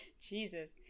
Jesus